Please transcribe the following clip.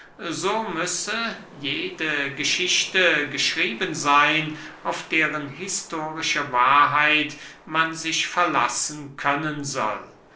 so müsse jede geschichte geschrieben seyn auf deren historische wahrheit man sich verlassen können soll